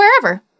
wherever